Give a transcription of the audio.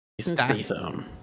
Statham